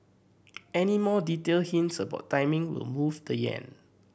any more detailed hints about timing will move the yen